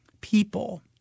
people